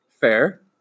Fair